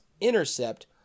Intercept